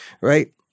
right